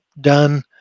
done